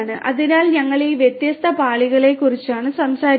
അതിനാൽ ഞങ്ങൾ ഈ വ്യത്യസ്ത പാളികളെക്കുറിച്ചാണ് സംസാരിക്കുന്നത്